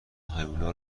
هیولا